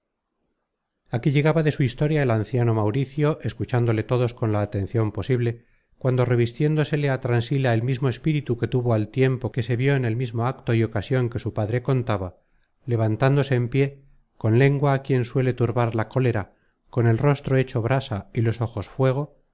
aquí llegaba de su historia el anciano mauricio escuchándole todos con la atencion posible cuando revistiéndosele á transila el mismo espíritu que tuvo al tiempo que se vió en el mismo acto y ocasion que su padre contaba levantándose en pié con lengua á quien suele turbar la cólera con el rostro hecho brasa y los ojos fuego